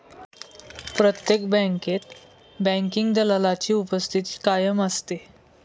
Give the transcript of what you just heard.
प्रत्येक बँकेत बँकिंग दलालाची उपस्थिती कायम असते